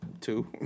Two